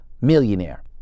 millionaire